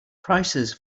prices